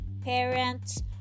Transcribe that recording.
parents